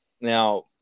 Now